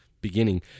beginning